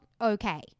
okay